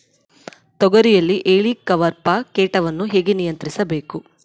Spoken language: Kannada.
ತೋಗರಿಯಲ್ಲಿ ಹೇಲಿಕವರ್ಪ ಕೇಟವನ್ನು ಹೇಗೆ ನಿಯಂತ್ರಿಸಬೇಕು?